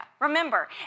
remember